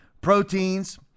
proteins